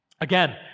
Again